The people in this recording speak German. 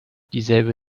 dieselbe